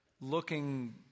looking